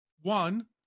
One